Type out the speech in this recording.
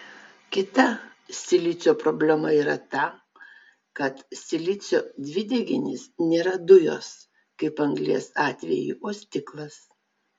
kita silicio problema yra ta kad silicio dvideginis nėra dujos kaip anglies atveju o stiklas